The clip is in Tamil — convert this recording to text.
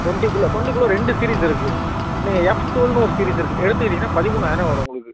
டுவெண்ட்டிக்குள்ள டுவெண்ட்டிக்குள்ள ரெண்டு சீரிஸ் இருக்கு நெ எஃப் டுவெல்னு ஒரு சீரிஸ் இருக்கு எடுத்துக்கிறீங்கன்னா பதிமூணாயிரம் வரும் உங்களுக்கு